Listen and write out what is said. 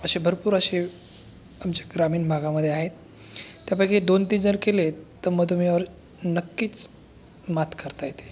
असे भरपूर असे आमच्या ग्रामीण भागामध्ये आहे त्यापैकी दोनतीन जर केलेत तर मधुमेहावर नक्कीच मात करता येते